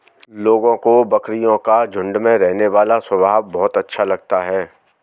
लोगों को बकरियों का झुंड में रहने वाला स्वभाव बहुत अच्छा लगता है